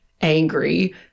angry